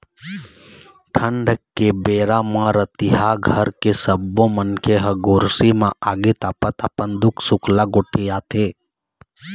ठंड के बेरा म रतिहा घर के सब्बो मनखे ह गोरसी म आगी तापत अपन दुख सुख ल गोठियाथे